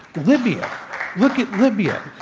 libya look at libya.